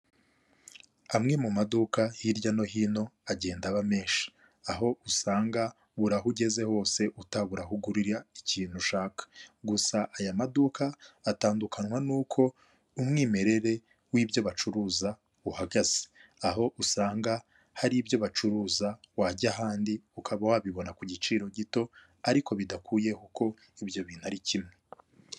Amwe mu maduka hirya no hino agenda aba menshi, aho usanga buri aho ugeze hose utabuharira ikintu ushaka gusa aya maduka atandukanywa n'uko umwimerere w'ibyo bacuruza uhagaze, aho usanga hari ibyo bacuruza wajya ahandi ukaba wabibona ku giciro gito ariko bidakuyeho ko ibyo bintu ari kimwe.